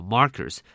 Markers